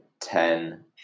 ten